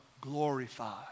Glorified